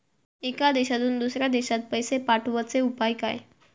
एका देशातून दुसऱ्या देशात पैसे पाठवचे उपाय काय?